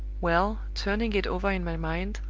well, turning it over in my mind,